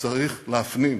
צריך להפנים,